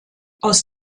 aus